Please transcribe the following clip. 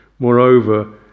Moreover